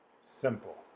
Simple